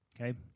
Okay